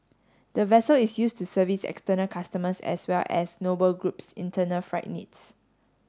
the vessel is used to service external customers as well as Noble Group's internal freight needs